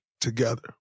together